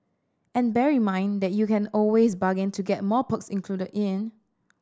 and bear in mind that you can always bargain to get more perks included in